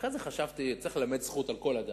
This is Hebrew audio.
אחרי זה חשבתי שצריך ללמד זכות על כל אדם,